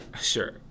Sure